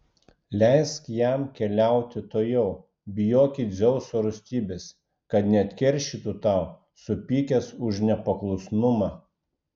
leisk jam keliauti tuojau bijoki dzeuso rūstybės kad neatkeršytų tau supykęs už nepaklusnumą